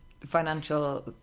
Financial